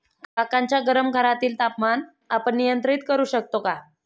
काकांच्या गरम घरातील तापमान आपण नियंत्रित करु शकतो का?